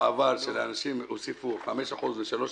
שבעבר כשלאנשים הוסיפו 5% ו-3%,